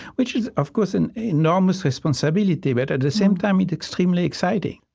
which is, of course an enormous responsibility, but at the same time, you know extremely exciting